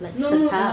no mood ah